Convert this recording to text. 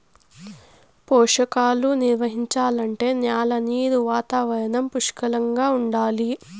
పోషకాలు నిర్వహించాలంటే న్యాల నీరు వాతావరణం పుష్కలంగా ఉండాలి